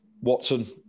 Watson